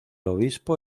obispo